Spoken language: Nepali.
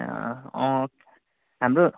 ए हाम्रो